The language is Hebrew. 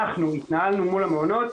אנחנו התנהלנו מול מעונות,